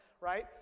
right